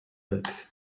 байдаг